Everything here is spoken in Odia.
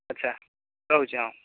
ଆଚ୍ଛା ରହୁଛି ହଁ